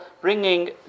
bringing